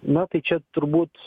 na tai čia turbūt